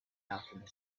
alchemist